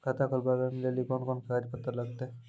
खाता खोलबाबय लेली कोंन कोंन कागज पत्तर लगतै?